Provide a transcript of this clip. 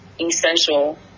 essential